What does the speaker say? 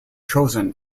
chosen